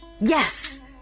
Yes